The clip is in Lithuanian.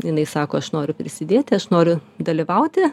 jinai sako aš noriu prisidėti aš noriu dalyvauti